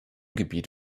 gebiet